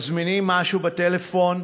מזמינים משהו בטלפון,